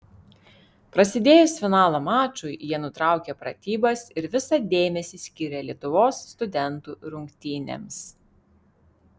prasidėjus finalo mačui jie nutraukė pratybas ir visą dėmesį skyrė lietuvos studentų rungtynėms